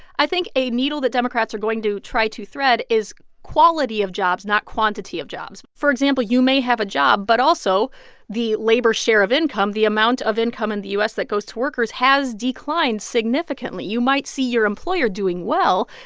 i think a needle that democrats are going to try to thread is quality of jobs, not quantity of jobs. for example, you may have a job, but also the labor share of income, the amount of income in the u s. that goes to workers, has declined significantly. you might see your employer doing well.